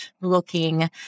looking